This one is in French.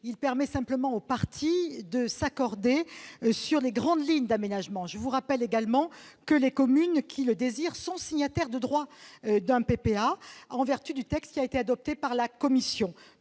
Il permet simplement aux parties de s'accorder sur les grandes lignes de l'aménagement. Je vous rappelle également que les communes qui le désirent sont signataires de droit d'un PPA, en vertu du texte qui a été adopté par la commission.